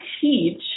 teach